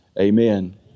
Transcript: Amen